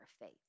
faith